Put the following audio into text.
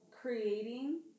creating